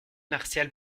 martiale